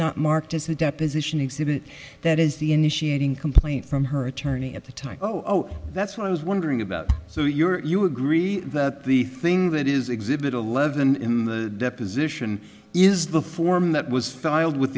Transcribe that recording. not marked as a deposition exhibit that is the initiating complaint from her attorney at the time oh that's what i was wondering about so you're you agree that the thing that is exhibit a leaven in the deposition is the form that was filed with